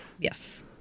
Yes